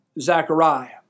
Zechariah